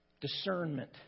Discernment